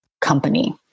company